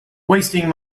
wasting